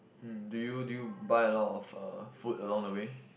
um do you do you buy a lot of uh food along the way